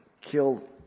killed